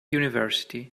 university